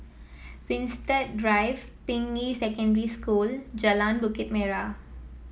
Winstedt Drive Ping Yi Secondary School Jalan Bukit Merah